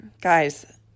guys